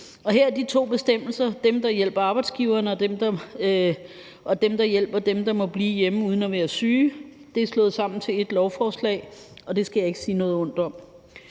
Og de to bestemmelser – den, der hjælper arbejdsgiverne, og den, der hjælper dem, der må blive hjemme uden at være syge – er slået sammen til ét lovforslag, og det skal jeg ikke sige noget ondt om.